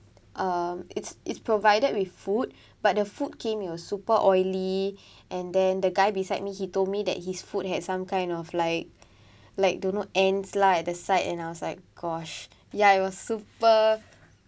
um it's it's provided with food but the food came it was super oily and then the guy beside me he told me that his food had some kind of like like don't know ants lah at the side and I was like gosh ya it was super